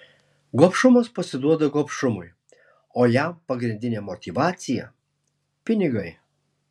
gobšumas pasiduoda gobšumui o jam pagrindinė motyvacija pinigai